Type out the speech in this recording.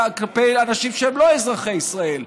וגם כלפי אנשים שהם לא אזרחי מדינת ישראל,